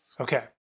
okay